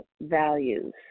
values